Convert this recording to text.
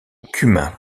cumin